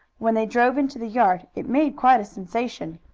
when they drove into the yard it made quite a sensation.